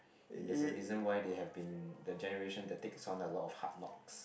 and there's a reason why they have been the generation that takes on a lot of hard knocks